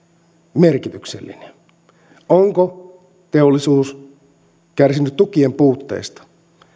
merkityksellinen onko teollisuus kärsinyt tukien puutteesta